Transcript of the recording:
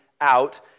out